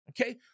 okay